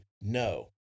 no